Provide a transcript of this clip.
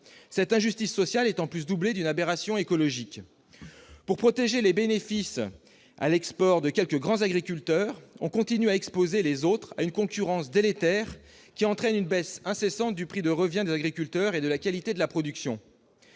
Cette injustice sociale se double en plus d'une aberration écologique ! Pour protéger les bénéfices à l'export de quelques grands agriculteurs, on continue à exposer les autres à une concurrence délétère, qui entraîne une baisse incessante du prix de revient des agriculteurs et de la qualité de la production.